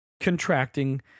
contracting